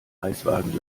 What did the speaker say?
eiswagen